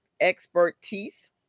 Expertise